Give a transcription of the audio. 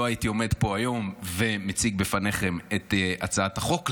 הייתי עומד פה היום ומציג בפניכם את הצעת החוק,